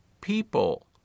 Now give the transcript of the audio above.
People